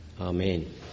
Amen